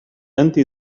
أنت